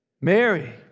Mary